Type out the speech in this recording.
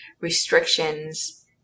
restrictions